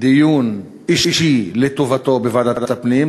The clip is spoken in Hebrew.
דיון אישי לטובתו בוועדת הפנים,